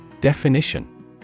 Definition